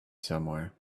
somewhere